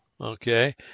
okay